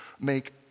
make